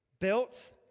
built